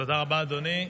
תודה רבה, אדוני.